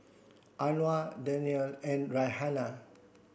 Anuar Daniel and Raihana